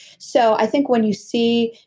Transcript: so i think when you see,